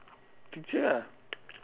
teacher ah